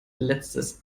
letztes